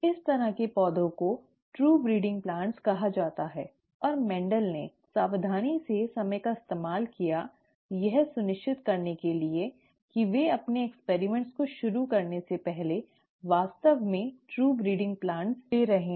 इस तरह के पौधों को ट्रू ब्रीडिंग प्लांट्स कहा जाता है और मेंडल ने सावधानी से समय का इस्तेमाल किया यह सुनिश्चित करने के लिए कि वे अपने प्रयोगों को शुरू करने से पहले वास्तव में ट्रू ब्रीडिंग प्लांट्स ले रहे हैं